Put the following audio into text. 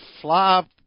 flop